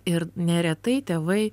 ir neretai tėvai